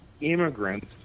immigrants